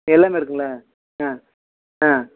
எல்லாம் இருக்குங்களா ஆ ஆ